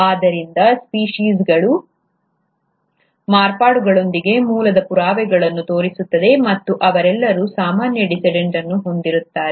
ಆದ್ದರಿಂದ ಸ್ಪೀಷೀಸ್ಗಳು ಮಾರ್ಪಾಡುಗಳೊಂದಿಗೆ ಮೂಲದ ಪುರಾವೆಗಳನ್ನು ತೋರಿಸುತ್ತವೆ ಮತ್ತು ಅವರೆಲ್ಲರೂ ಸಾಮಾನ್ಯ ಡಿಸೆಂಡೆಂಟ್ ಅನ್ನು ಹೊಂದಿರುತ್ತಾರೆ